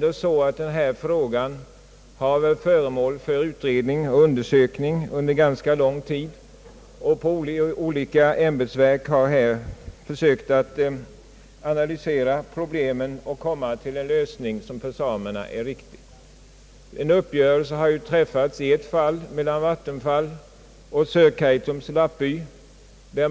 Denna fråga har varit föremål för utredning och undersökning under ganska lång tid, och olika ämbetsverk har här försökt analysera problemet och komma till en lösning som för samerna är riktig. En uppgörelse har ju träffats i ett fall mellan vattenfallsstyrelsen och Sörkaitums lappby, där